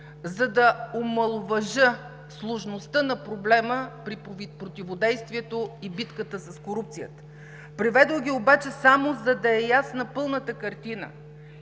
за да омаловажа сложността на проблема при противодействието и битката с корупцията. Приведох ги само, за да е ясна пълната картина.